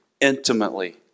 intimately